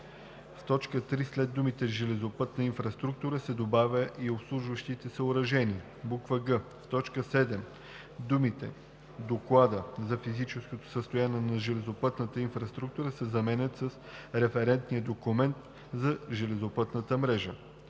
в т. 3 след думите „железопътната инфраструктура“ се добавя „и обслужващите съоръжения“; г) в т. 7 думите „доклада за фактическото състояние на железопътната инфраструктура“ се заменят с „референтния документ за железопътната мрежа“.